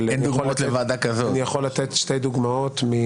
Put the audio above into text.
אני יכול לתת שתי דוגמאות גם